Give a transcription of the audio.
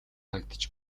харагдаж